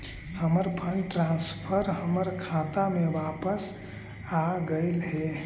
हमर fund transfer हमर खाता में वापस आगईल हे